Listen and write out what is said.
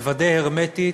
הרמטיות,